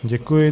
Děkuji.